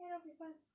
ya will be fun